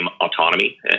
autonomy